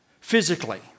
physically